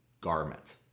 garment